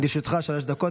לצערנו,